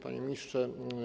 Panie Ministrze!